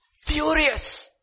furious